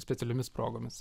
specialiomis progomis